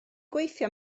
gweithio